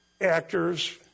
Actors